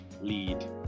lead